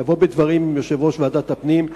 אני אבוא בדברים עם יושב-ראש ועדת הפנים,